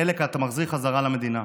חלק אתה מחזיר חזרה למדינה.